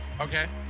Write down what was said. Okay